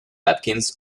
atkins